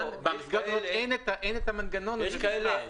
כאן אין את המנגנון הזה בכלל.